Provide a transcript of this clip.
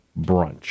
brunch